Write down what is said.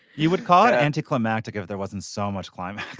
you would call it anticlimactic if there wasn't so much climate